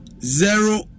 zero